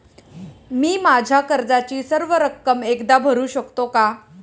मी माझ्या कर्जाची सर्व रक्कम एकदा भरू शकतो का?